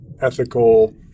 ethical